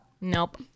Nope